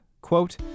quote